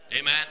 Amen